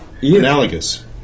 Analogous